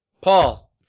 Paul